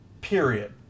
period